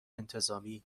انتظامی